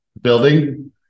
building